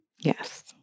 yes